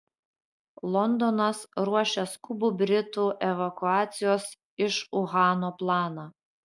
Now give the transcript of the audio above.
londonas ruošia skubų britų evakuacijos iš uhano planą